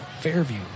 Fairview